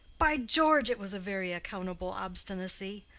by george! it was a very accountable obstinacy.